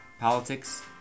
politics